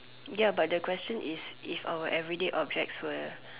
ya but the question is if our everyday objects were